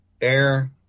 air